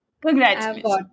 Congratulations